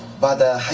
by the